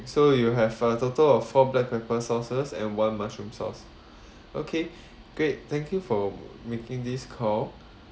so you have a total of four black pepper sauces and one mushroom sauce okay great thank you for making this call